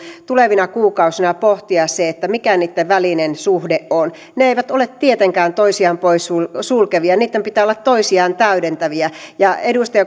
tulevina kuukausina pohtia se mikä niitten välinen suhde on ne eivät ole tietenkään toisiaan poissulkevia niitten pitää olla toisiaan täydentäviä ja edustaja